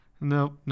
nope